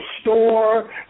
store